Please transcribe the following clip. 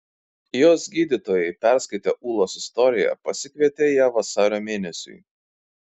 jos gydytojai perskaitę ūlos istoriją pasikvietė ją vasario mėnesiui